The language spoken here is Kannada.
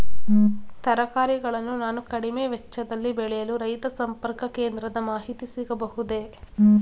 ತರಕಾರಿಗಳನ್ನು ನಾನು ಕಡಿಮೆ ವೆಚ್ಚದಲ್ಲಿ ಬೆಳೆಯಲು ರೈತ ಸಂಪರ್ಕ ಕೇಂದ್ರದ ಮಾಹಿತಿ ಸಿಗಬಹುದೇ?